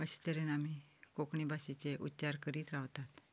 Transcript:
अशे तरेन आमी कोंकणी भाशेचे उच्चार करीत रावतात